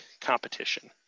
competition